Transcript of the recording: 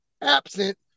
absent